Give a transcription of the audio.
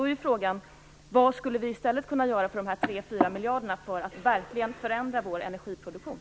Då är frågan: Vad skulle vi i stället kunna göra för de här 3-4 miljarder kronorna för att verkligen förändra vår energiproduktion?